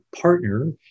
partner